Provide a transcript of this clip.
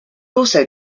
also